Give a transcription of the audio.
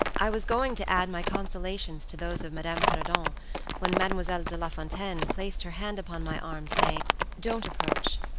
i was going to add my consolations to those of madame perrodon when mademoiselle de lafontaine placed her hand upon my arm, saying don't approach,